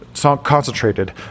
Concentrated